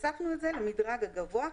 הוספנו את זה למדרג הגבוה,